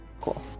Cool